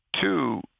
Two